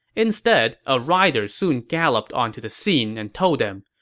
instead, a rider soon galloped onto the scene and told them,